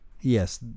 Yes